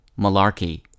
malarkey